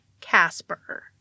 Casper